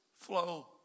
flow